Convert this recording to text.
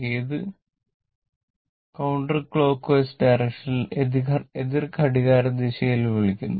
ഏത് കോൾ ക counterണ്ടറിനെയാണ് എതിർ ഘടികാരദിശയിൽ വിളിക്കുന്നത്